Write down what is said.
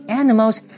animals